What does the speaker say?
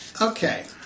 okay